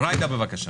ג'ידא, בבקשה.